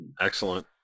Excellent